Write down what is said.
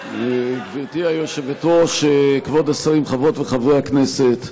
גברתי היושבת-ראש, כבוד השרים, חברות וחברי הכנסת,